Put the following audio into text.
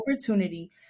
opportunity